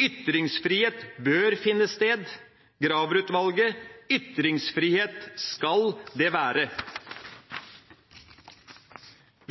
«Ytringsfrihet bør finne sted» og i Graver-utvalgets versjon: «Ytringsfridom skal det vere».